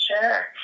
Sure